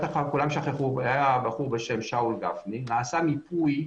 היה בחור בשם שאול גפני שעשה מיפוי.